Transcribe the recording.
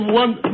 one